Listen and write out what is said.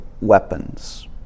weapons